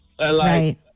Right